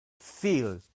feel